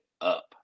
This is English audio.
up